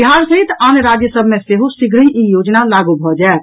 बिहार सहित आन राज्य सभ मे सेहो शीघ्रहि ई योजना लागू भऽ जायत